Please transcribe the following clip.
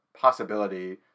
possibility